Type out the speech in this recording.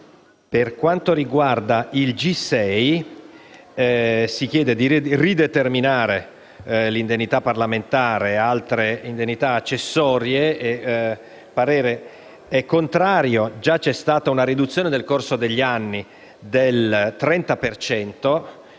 del giorno G6 si chiede di rideterminare l'indennità parlamentare e altre indennità accessorie. Il parere è contrario. Già c'è stata una riduzione nel corso degli anni del 30